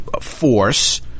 force